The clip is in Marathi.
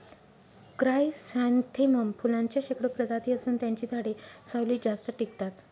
क्रायसॅन्थेमम फुलांच्या शेकडो प्रजाती असून त्यांची झाडे सावलीत जास्त टिकतात